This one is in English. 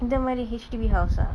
இந்தமாரி:inthamari H_D_B house ah